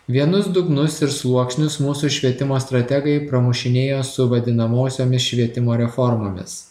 vienus dugnus ir sluoksnius mūsų švietimo strategai pramušinėjo su vadinamosiomis švietimo reformomis